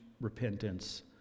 repentance